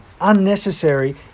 unnecessary